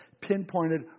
pinpointed